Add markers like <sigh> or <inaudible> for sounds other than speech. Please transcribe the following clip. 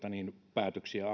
päätöksiä <unintelligible>